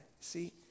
See